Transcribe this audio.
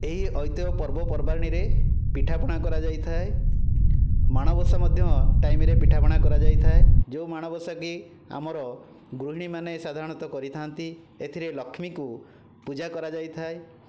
ଏହି ଐତିହ ପର୍ବପର୍ବାଣିରେ ପିଠାପଣା କରାଯାଇଥାଏ ମାଣବସା ମଧ୍ୟ ଟାଇମ୍ରେ ପିଠାପଣା କରାଯାଇଥାଏ ଯେଉଁ ମାଣବସା କି ଆମର ଗୃହିଣୀମାନେ ସାଧାରଣତଃ କରିଥାଆନ୍ତି ଏଥିରେ ଲକ୍ଷ୍ମୀଙ୍କୁ ପୂଜା କରାଯାଇଥାଏ